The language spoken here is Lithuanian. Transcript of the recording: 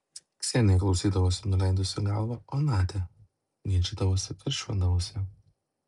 ksenija klausydavosi nuleidusi galvą o nadia ginčydavosi karščiuodavosi